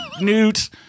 Newt